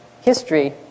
history